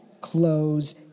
clothes